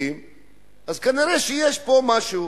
כנראה יש פה משהו.